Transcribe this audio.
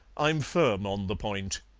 i'm firm on the point.